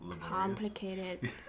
complicated